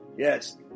Yes